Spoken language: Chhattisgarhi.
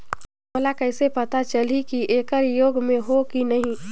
मोला कइसे पता चलही की येकर योग्य मैं हों की नहीं?